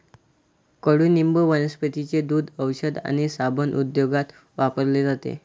कडुनिंब वनस्पतींचे दूध, औषध आणि साबण उद्योगात वापरले जाते